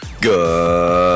Good